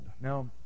Now